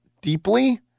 deeply